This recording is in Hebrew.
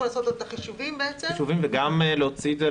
לאותה שנה,